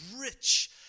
rich